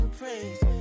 praise